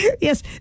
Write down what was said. Yes